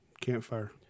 Campfire